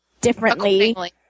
differently